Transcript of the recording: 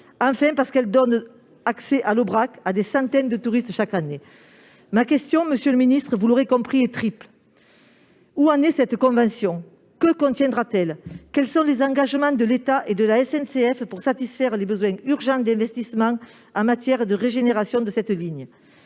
enfin, parce qu'elle permet chaque année à des centaines de touristes d'accéder à l'Aubrac. Monsieur le ministre, vous l'aurez compris, ma question est plurielle. Où en est cette convention ? Que contiendra-t-elle ? Quels sont les engagements de l'État et de la SNCF pour satisfaire les besoins urgents d'investissement en matière de régénération de cette ligne ?